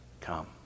come